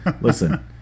Listen